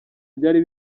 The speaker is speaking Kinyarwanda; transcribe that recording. byari